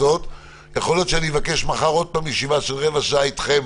יכול להיות שאני אבקש מחר עוד ישיבה של רבע שעה אתכם